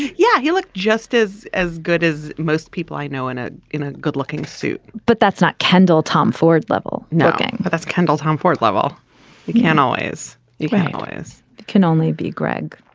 yeah. you look just as as good as most people i know and ah a ah good looking suit but that's not kendall tom ford level nothing. but that's kendall tom ford level you can always evangelize can only be greg.